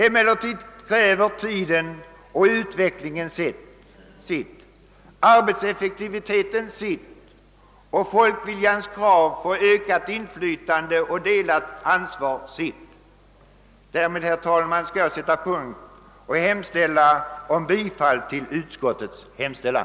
Emellertid kräver tiden och utvecklingen sitt, arbetseffektiviteten sitt, och folkviljans krav på ökat inflytande och delat ansvar sitt.» Därmed skall jag, herr talman, sätta punkt och hemställer om bifall till utskottets hemställan.